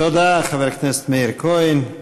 תודה, חבר הכנסת מאיר כהן.